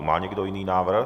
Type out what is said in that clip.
Má někdo jiný návrh?